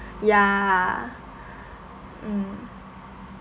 ya mm